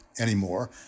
anymore